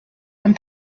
and